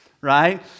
right